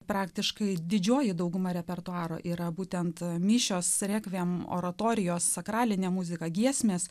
praktiškai didžioji dauguma repertuaro yra būtent mišios rekviem oratorijos sakralinė muzika giesmės